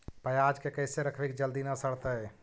पयाज के कैसे रखबै कि जल्दी न सड़तै?